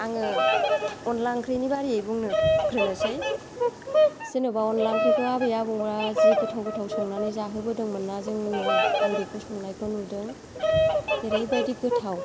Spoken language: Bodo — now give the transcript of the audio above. आङो अनला ओंख्रिनि बागैयै बुंग्रोनोसै जेनेबा अनला ओंख्रिखौ आबै आबौआ जि गोथाव गोथाव संनानै जाहोबोदोंमोनना जोंनो आं बेखौ संनायखौ नुदों ओरैबायदि गोथाव